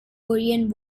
korean